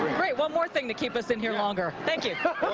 one more thing to keep us in here longer. thank you.